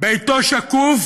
ביתו שקוף